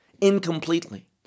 incompletely